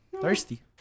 Thirsty